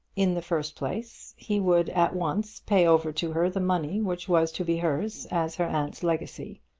in the first place, he would at once pay over to her the money which was to be hers as her aunt's legacy,